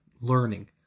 Learning